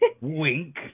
wink